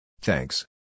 Thanks